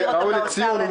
ראוי לציון,